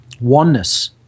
oneness